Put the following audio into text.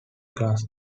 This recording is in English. class